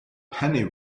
penny